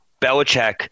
Belichick